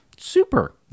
Super